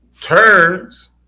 turns